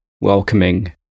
welcoming